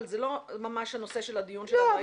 אבל זה לא ממש הנושא של הדיון שלנו היום.